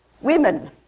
women